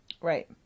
Right